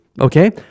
Okay